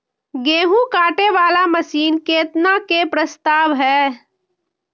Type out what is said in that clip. गेहूँ काटे वाला मशीन केतना के प्रस्ताव हय?